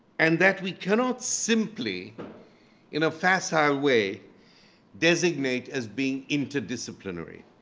and that we cannot simply in a facile way designate as being interdisciplinary.